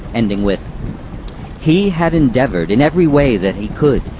ending with he had endeavoured, in every way that he could,